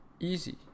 Easy